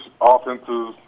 offenses